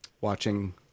watching